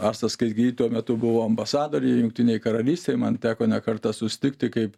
asta skaisgiry tuo metu buvo ambasadorė jungtinėj karalystėj man teko ne kartą susitikti kaip